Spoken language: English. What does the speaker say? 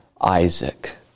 Isaac